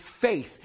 faith